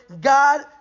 God